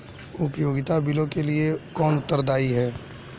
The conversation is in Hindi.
उपयोगिता बिलों के लिए कौन उत्तरदायी है?